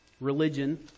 religion